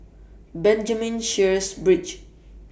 Benjamin Sheares Bridge